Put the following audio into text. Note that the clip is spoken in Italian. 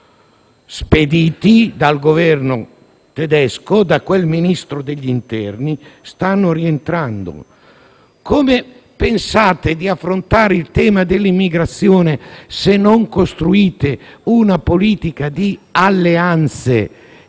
spediti dal Governo tedesco e dal loro Ministro dell'interno, stanno rientrando. Come pensate di affrontare il tema dell'immigrazione, se non costruite una politica di alleanze